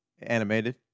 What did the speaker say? animated